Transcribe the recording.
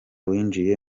winjiye